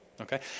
Okay